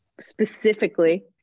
specifically